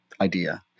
idea